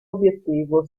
obiettivo